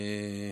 האמת,